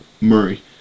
Murray